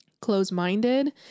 close-minded